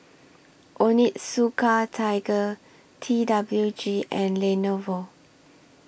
Onitsuka Tiger T W G and Lenovo